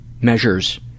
measures